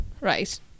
right